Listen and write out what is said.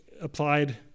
applied